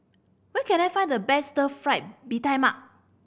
where can I find the best Stir Fried Mee Tai Mak